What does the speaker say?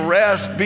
rest